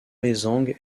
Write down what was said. mézenc